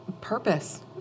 Purpose